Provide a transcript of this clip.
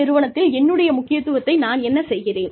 நிறுவனத்தில் என்னுடைய முக்கியத்துவத்தை நான் என்ன செய்கிறேன்